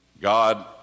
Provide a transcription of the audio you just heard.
God